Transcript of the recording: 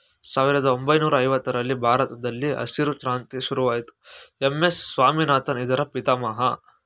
ಸಾವಿರದ ಒಂಬೈನೂರ ಐವತ್ತರರಲ್ಲಿ ಭಾರತದಲ್ಲಿ ಹಸಿರು ಕ್ರಾಂತಿ ಶುರುವಾಯಿತು ಎಂ.ಎಸ್ ಸ್ವಾಮಿನಾಥನ್ ಇದರ ಪಿತಾಮಹ